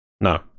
No